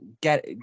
get